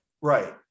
Right